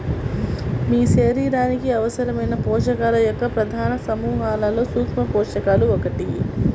మీ శరీరానికి అవసరమైన పోషకాల యొక్క ప్రధాన సమూహాలలో సూక్ష్మపోషకాలు ఒకటి